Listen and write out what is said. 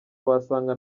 wasanga